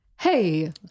Hey